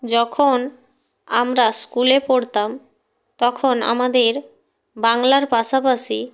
যখন আমরা স্কুলে পড়তাম তখন আমাদের বাংলার পাশাপাশি